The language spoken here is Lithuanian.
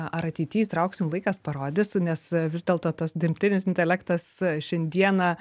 ar ateity įtrauksim laikas parodys nes vis dėlto tas dirbtinis intelektas šiandieną